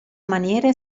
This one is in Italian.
maniere